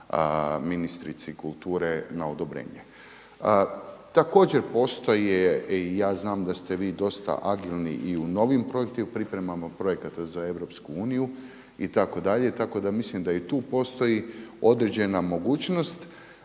ministrici kulture na odobrenje. Također postoje i ja znam da ste vi dosta agilni i u novim projektnim pripremama, priprema projekata za EU itd. tako da mislim da i tu postoji određena mogućnost